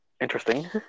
interesting